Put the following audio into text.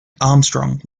armstrong